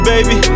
Baby